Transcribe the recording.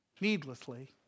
needlessly